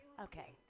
Okay